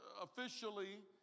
officially